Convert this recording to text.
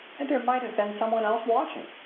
and there might have been some one else watching.